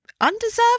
undeserved